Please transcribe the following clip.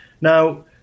now